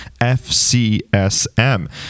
FCSM